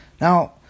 now